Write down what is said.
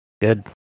Good